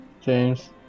James